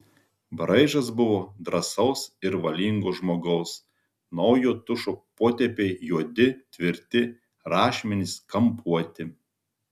braižas buvo drąsaus ir valingo žmogaus naujo tušo potėpiai juodi tvirti rašmenys kampuoti